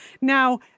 Now